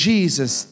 Jesus